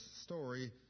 story